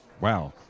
Wow